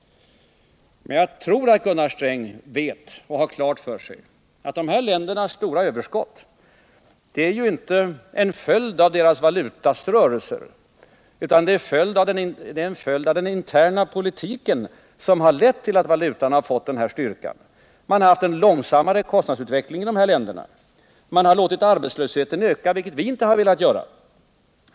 Men jag tror att Gunnar Sträng har klart för sig att dessa länders stora överskott inte är en följd av deras valutas rörelser uppåt, utan att det är den interna politiken som harlett till att man fått en stark valuta. Man har haft en långsammare kostnadsutveckling i de här länderna, man har låtit arbetslösheten öka — något som vi inte har velat göra.